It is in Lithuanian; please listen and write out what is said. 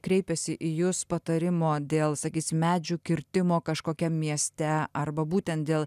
kreipiasi į jus patarimo dėl sakysim medžių kirtimo kažkokiam mieste arba būtent dėl